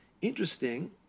interesting